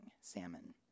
salmon